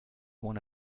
one